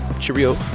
cheerio